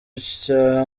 icya